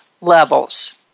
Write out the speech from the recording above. levels